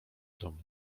domu